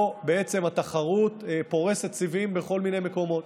בעצם התחרות פורסת סיבים בכל מיני מקומות.